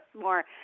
more